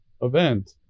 event